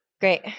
Great